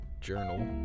journal